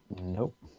Nope